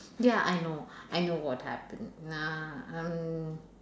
ya I know I know what happened na~ uh